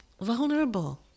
vulnerable